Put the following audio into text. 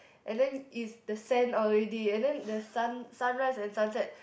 and then is the sand already and then the sun sunrise and sunset